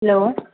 hello